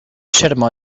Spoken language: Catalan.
sermó